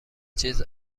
چیز